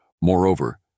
Moreover